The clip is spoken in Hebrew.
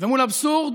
ומול אבסורד